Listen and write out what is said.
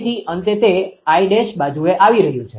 તેથી અંતે તે 𝐼′ બાજુએ આવી રહ્યું છે